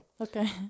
Okay